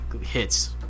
hits